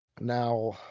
now